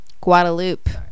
Guadalupe